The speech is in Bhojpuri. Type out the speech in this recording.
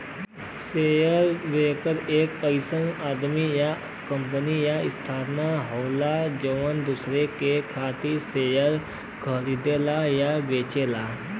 शेयर ब्रोकर एक अइसन आदमी या कंपनी या संस्थान होला जौन दूसरे के खातिर शेयर खरीदला या बेचला